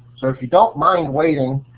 so if you don't mind waiting,